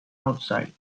outside